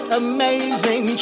amazing